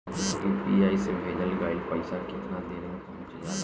UPI से भेजल गईल पईसा कितना देर में पहुंच जाला?